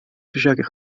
försöker